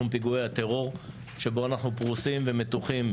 בתחום פיגועי הטרור שבו אנחנו פרוסים ומתוחים,